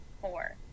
four